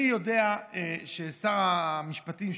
אני יודע ששר המשפטים,